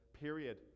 period